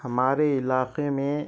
ہمارے علاقے میں